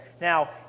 now